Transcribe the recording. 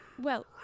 Well